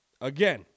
again